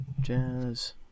jazz